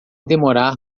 demorar